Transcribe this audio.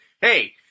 hey